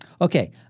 Okay